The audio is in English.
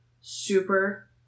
super